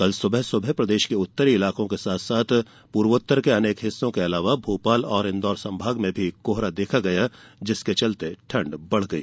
कल सुबह सुबह प्रदेश के उत्तर इलाकों के साथ पूर्वोत्तर के अनेक हिस्सों के अलावा भोपाल और इंदौर संभाग में कोहरा देखा गया जिसके चलते ठंड बढ़ गई